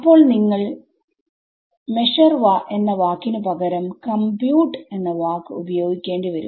അപ്പോൾ നിങ്ങൾ മെഷർ വാക്കിനു പകരം കമ്പ്യൂട്ട് എന്ന വാക്ക് ഉപയോഗിക്കേണ്ടിവരും